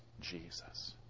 Jesus